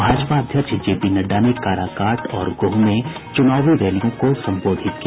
भाजपा अध्यक्ष जेपी नड्डा ने काराकाट और गोह में चूनावी रैलियों को संबोधित किया